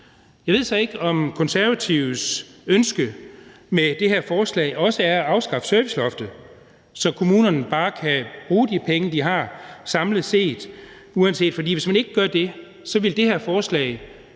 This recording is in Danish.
Jeg ved så ikke, om Konservatives ønske med det her forslag også er at afskaffe serviceloftet, så kommunerne bare kan bruge de penge, de har, samlet set og uanset. For hvis man ikke gør det, vil det her forslag